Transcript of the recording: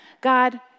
God